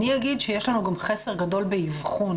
אני אגיד שיש לנו גם חסר גדול באבחון,